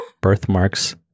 birthmarks